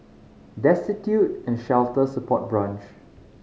Destitute and Shelter Support Branch